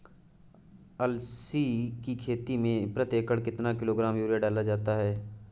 अलसी की खेती में प्रति एकड़ कितना किलोग्राम यूरिया डाला जाता है?